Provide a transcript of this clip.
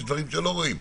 יש לקויות שלא רואים.